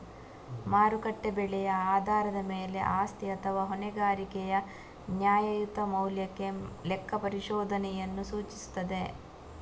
ಮಾರುಕಟ್ಟೆ ಬೆಲೆಯ ಆಧಾರದ ಮೇಲೆ ಆಸ್ತಿ ಅಥವಾ ಹೊಣೆಗಾರಿಕೆಯ ನ್ಯಾಯಯುತ ಮೌಲ್ಯಕ್ಕೆ ಲೆಕ್ಕಪರಿಶೋಧನೆಯನ್ನು ಸೂಚಿಸುತ್ತದೆ